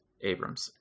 Abrams